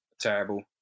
terrible